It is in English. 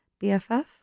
BFF